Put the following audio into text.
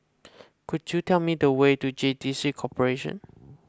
could you tell me the way to J T C Corporation